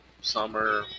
summer